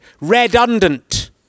redundant